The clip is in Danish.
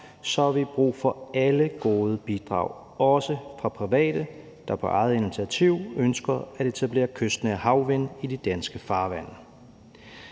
har vi brug for alle gode bidrag, også fra private, der på eget initiativ ønsker at etablere kystnære havvindmøller i de danske farvande.